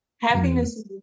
happiness